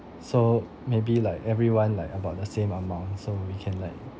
so maybe like everyone like about the same amount so we can like